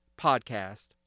podcast